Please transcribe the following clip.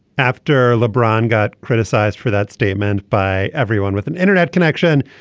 after lebron got criticized for that statement by everyone with an internet connection.